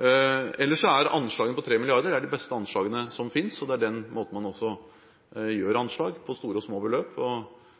Ellers er anslaget på 3 mrd. kr det beste anslaget som finnes – det er også på den måten man gjør anslag, på store og små beløp – og